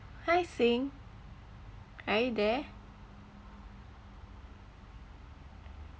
hi xing are you there